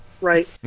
Right